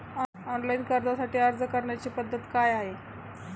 Online कर्जासाठी अर्ज करण्याची पद्धत काय आहे?